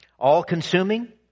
All-consuming